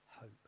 hope